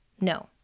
No